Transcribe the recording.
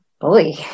Boy